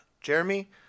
Jeremy